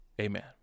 Amen